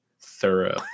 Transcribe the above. thorough